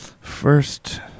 First